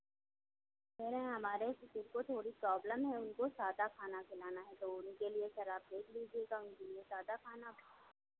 कहे रहे हैं हमारे ससुर को थोड़ी प्रॉब्लम है उनको सादा खाना खिलाना है तो उनके लिए सर आप देख लीजिएगा उनके लिए सादा खाना